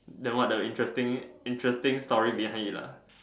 then what a interesting interesting story behind it lah